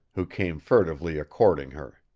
who came furtively a-courting her.